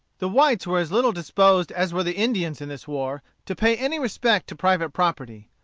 the whites were as little disposed as were the indians, in this war, to pay any respect to private property.